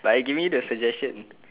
but I'm giving you the suggestion